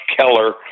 Keller